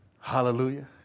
Hallelujah